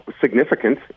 significant